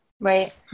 Right